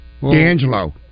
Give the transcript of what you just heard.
D'Angelo